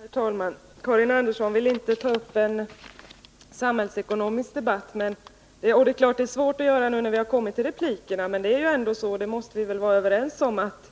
Herr talman! Karin Andersson vill inte ta upp en samhällsekonomisk debatt, och det är klart att det är svårt att göra det nu när vi har kommit till replikerna. Men vi måste väl ändå vara överens om att